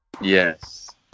Yes